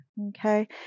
Okay